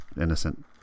innocent